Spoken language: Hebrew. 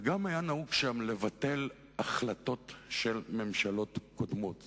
וגם היה נהוג שם לבטל החלטות של ממשלות קודמות,